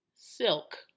silk